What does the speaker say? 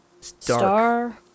Star